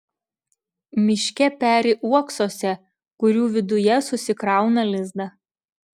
miške peri uoksuose kurių viduje susikrauna lizdą